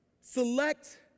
Select